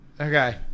Okay